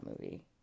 movie